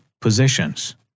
positions